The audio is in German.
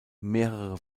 mehrere